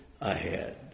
ahead